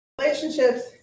Relationships